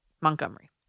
Montgomery